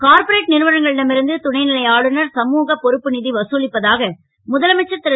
corporate றுவனங்களிடம் இருந்து துணை லை ஆளுநர் சமுக பொறுப்பு வதலிப்பதாக முதலமைச்சர் ரு